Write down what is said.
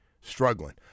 struggling